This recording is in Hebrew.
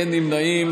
אין נמנעים.